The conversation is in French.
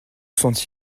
sont